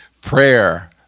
Prayer